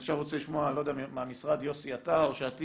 עכשיו אני רוצה לשמוע מהמשרד יוסי או אטיאס,